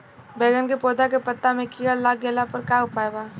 बैगन के पौधा के पत्ता मे कीड़ा लाग गैला पर का उपाय बा?